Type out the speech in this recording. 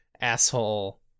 asshole